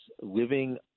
living